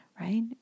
right